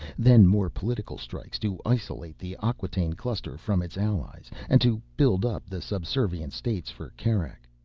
then more political strikes to isolate the acquataine cluster from its allies, and to build up the subservient states for kerak.